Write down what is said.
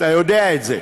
אתה יודע את זה.